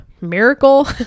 miracle